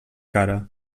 cara